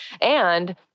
And-